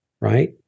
right